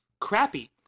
crappy